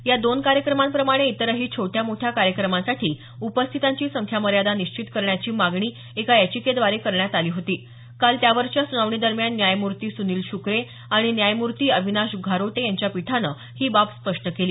या दोन कार्यक्रमांप्रमाणे इतरही छोट्या मोठ्या कार्यक्रमांसाठी उपस्थितांची संख्यामर्यादा निश्चित करण्याची मागणी एका याचिकेद्वारे करण्यात आली होती काल त्यावरच्या सुनावणीदरम्यान न्यायमूर्ती सुनील शुक्रे आणि न्यायमूर्ती अविनाश घारोटे यांच्या पीठानं ही बाब स्पष्ट केली